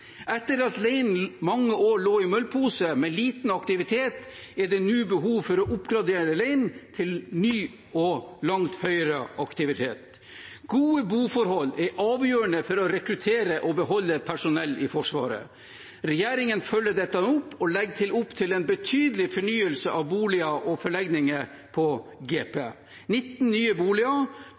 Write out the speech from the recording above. Etter at leiren i mange år lå i møllpose med liten aktivitet, er det nå behov for å oppgradere leiren til ny og langt høyere aktivitet. Gode boforhold er avgjørende for å rekruttere og beholde personell i Forsvaret. Regjeringen følger dette opp og legger opp til en betydelig fornyelse av boliger og forlegninger på GP. 19 nye boliger,